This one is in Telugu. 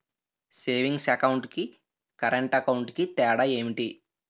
సేవింగ్స్ అకౌంట్ కి కరెంట్ అకౌంట్ కి తేడా ఏమిటి?